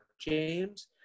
James